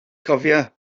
cofia